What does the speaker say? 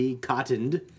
Cottoned